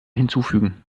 hinzufügen